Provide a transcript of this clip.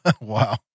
Wow